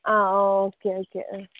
ആ okay okay